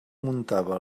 muntava